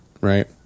Right